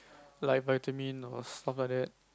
like vitamin or stuff like that